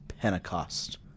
Pentecost